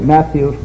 Matthew